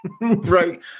right